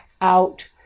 out